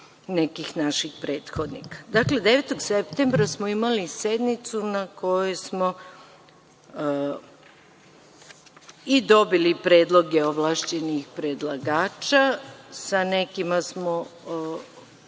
nekih naših prethodnika. Dakle, 9. septembra smo imali sednicu na kojoj smo i dobili predloge ovlašćenih predlagača. Sa nekima smo